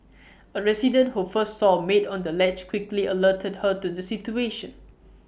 A resident who first saw maid on the ledge quickly alerted her to the situation